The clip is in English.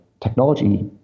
technology